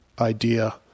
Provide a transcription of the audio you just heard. idea